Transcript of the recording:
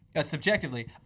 subjectively